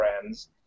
friends